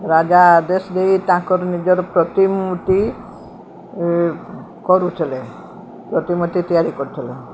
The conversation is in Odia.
ରାଜା ଆଦେଶ ଦେଇ ତାଙ୍କର ନିଜର ପ୍ରତିମୂର୍ତ୍ତି କରୁଥିଲେ ପ୍ରତିମୂର୍ତ୍ତି ତିଆରି କରୁଥିଲେ